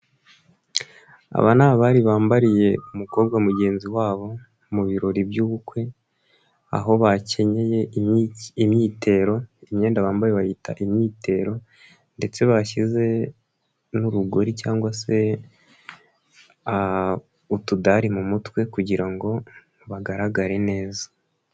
Aba ni abari bambariye umukobwa mugenzi wabo mu birori by'ubukwe, aho bakenyeye imyitero imyenda bambaye bayita imyitero, ndetse bashyize n'urugori cyangwa se utudari mu mutwe kugira ngo bagaragare neza.